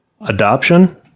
adoption